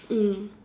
mm